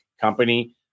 company